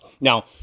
Now